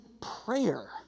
prayer